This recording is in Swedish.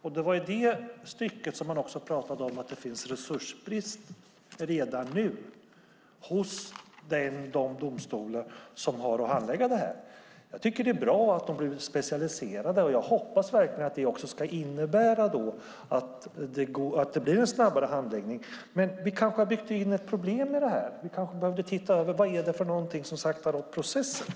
I samband med detta pratar man om att det råder en resursbrist redan nu hos de domstolar som har att handlägga dessa frågor. Det är bra att domstolarna blir specialiserade. Jag hoppas verkligen också att det ska innebära att det blir en snabbare handläggning. Vi har kanske byggt in ett problem? Vi kanske behöver titta på vad som saktar av processen.